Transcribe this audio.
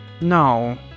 No